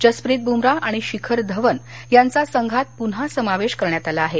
जसप्रीत ब्मराह आणि शिखर धवन यांचा संघात प्रन्हा समावेश करण्यात आला आहे